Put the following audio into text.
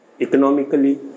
economically